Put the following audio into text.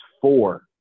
four